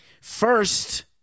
First